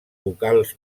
vocals